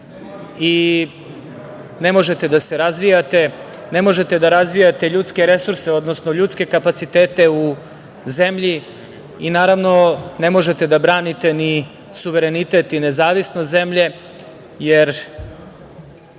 i ne možete da se razvijate, ne možete da razvijate ljudske resurse, odnosno ljudske kapacitete u zemlji i naravno ne možete da branite ni suverenitet i nezavisnost zemlje. Jer,